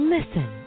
Listen